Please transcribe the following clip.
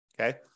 Okay